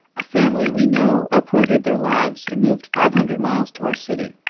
a family we know uprooted their lives and moved five hundred miles to our city.